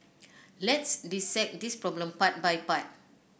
let's dissect this problem part by part